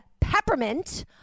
Peppermint